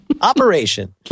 Operation